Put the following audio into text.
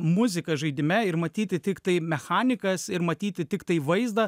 muziką žaidime ir matyti tiktai mechanikas ir matyti tiktai vaizdą